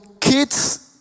kids